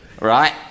Right